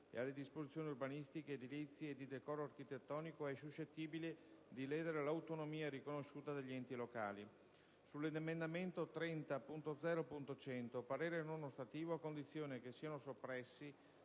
e alle disposizioni urbanistiche edilizie e di decoro architettonico, è suscettibile di ledere l'autonomia riconosciuta agli enti locali; sull'emendamento 30.0.100 parere non ostativo, a condizione che siano soppressi